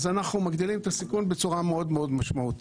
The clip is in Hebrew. אנחנו מגדילים את הסיכון בצורה מאוד מאוד משמעותית.